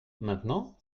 maintenant